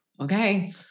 okay